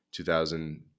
2000